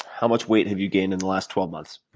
how much weight have you gained in the last twelve months?